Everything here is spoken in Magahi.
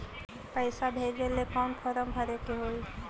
पैसा भेजे लेल कौन फार्म भरे के होई?